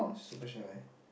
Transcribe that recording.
super shy